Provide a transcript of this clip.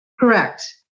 Correct